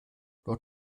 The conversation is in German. laut